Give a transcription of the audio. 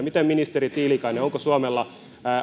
miten ministeri tiilikainen onko suomella